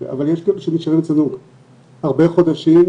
אבל יש גם שנשארים אצלנו הרבה חודשים,